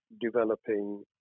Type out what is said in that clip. developing